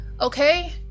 okay